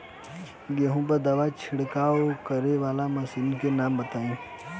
गेहूँ पर दवा छिड़काव करेवाला मशीनों के नाम बताई?